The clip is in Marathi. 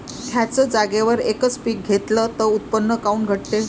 थ्याच जागेवर यकच पीक घेतलं त उत्पन्न काऊन घटते?